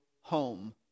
home